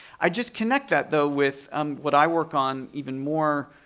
i just connect that, though, with um what i work on even more